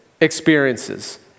experiences